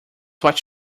what